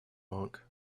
monk